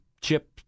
chip